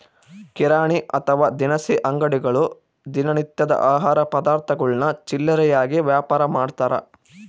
ಕಿರಾಣಿ ಅಥವಾ ದಿನಸಿ ಅಂಗಡಿಗಳು ದಿನ ನಿತ್ಯದ ಆಹಾರ ಪದಾರ್ಥಗುಳ್ನ ಚಿಲ್ಲರೆಯಾಗಿ ವ್ಯಾಪಾರಮಾಡ್ತಾರ